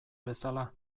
bezala